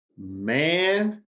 man